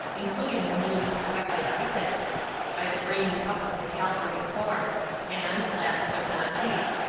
including the newly perfected whippets by the bringing up of the cavalry corps and last, but not least,